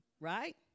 right